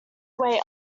way